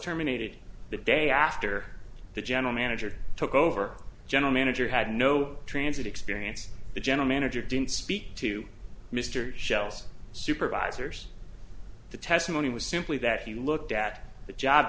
terminated the day after the general manager took over general manager had no transit experience the general manager didn't speak to mr shell's supervisors the testimony was simply that he looked at the job